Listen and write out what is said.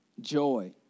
joy